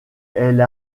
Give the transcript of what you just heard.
elle